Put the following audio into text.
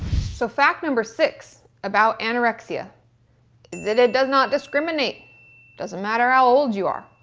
so fact number six about anorexia, is that it does not discriminate doesn't matter how old you are.